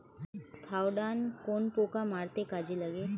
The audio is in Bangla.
থাওডান কোন পোকা মারতে কাজে লাগে?